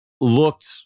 looked